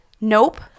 nope